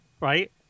right